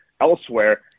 elsewhere